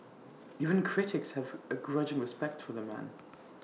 even critics have A grudging respect for the man